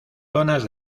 zonas